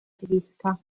tedesca